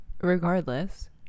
regardless